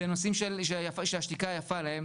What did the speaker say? בנושאים שהשתיקה יפה להם,